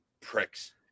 pricks